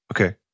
Okay